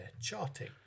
charting